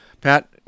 Pat